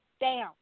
down